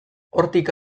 hortik